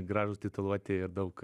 gražūs tituluoti ir daug